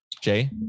Jay